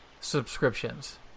subscriptions